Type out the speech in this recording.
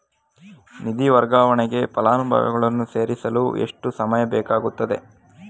ನಿಧಿ ವರ್ಗಾವಣೆಗೆ ಫಲಾನುಭವಿಗಳನ್ನು ಸೇರಿಸಲು ಎಷ್ಟು ಸಮಯ ಬೇಕಾಗುತ್ತದೆ?